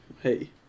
hey